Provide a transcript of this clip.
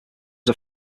are